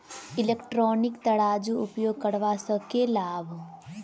Electronic तराजू उपयोग करबा सऽ केँ लाभ?